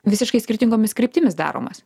visiškai skirtingomis kryptimis daromas